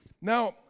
Now